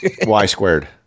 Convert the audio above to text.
y-squared